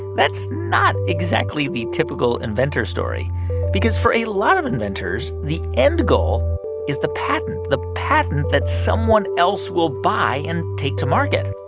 that's not exactly the typical inventor story because for a lot of inventors, the end goal is the patent, the patent that someone else will buy and take to market,